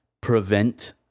prevent